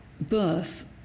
birth